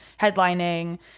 headlining